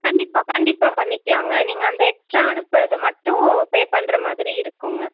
கண்டிப்பாக கண்டிப்பாக பண்ணிக்கிலாங்க நீங்கள் அந்த எக்ஸ்ட்ரா அனுப்புவது மட்டும் பேப் பண்ணுற மாதிரி இருக்குங்க